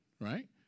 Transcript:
right